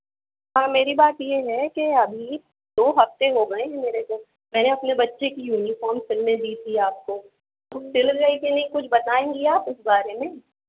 हाँ मेरी बात ये है कि अभी भी दो हफ्ते हो गए हैं मेरे को मैंने अपने बच्चे की यूनिफॉर्म सिलने दी थी आपको वो सिल गई की नहीं कुछ बताएंगी आप उस बारे में